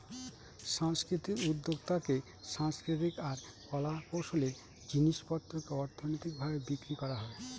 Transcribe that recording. সাংস্কৃতিক উদ্যক্তাতে সাংস্কৃতিক আর কলা কৌশলের জিনিস পত্রকে অর্থনৈতিক ভাবে বিক্রি করা হয়